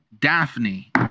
daphne